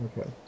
Okay